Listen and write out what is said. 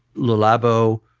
le labo,